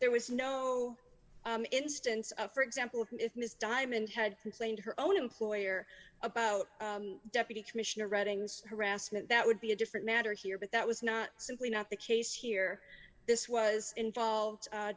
there was no instance of for example if miss diamond had complained her own employer about deputy commissioner readings harassment that would be a different matter here but that was not simply not the case here this was involved